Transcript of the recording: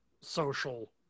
social